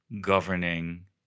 governing